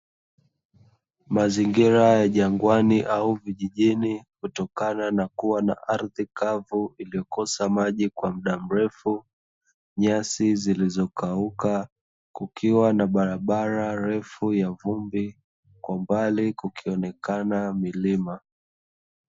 Mazingira ya jangwani au vijijini kutokana na kuwa na ardhi kavu iliyo kosa maji kwa mda mrefu, nyasi zilizo kauka kukiwa na barabara refu ya vumbi kwa mbali kukionekana milima.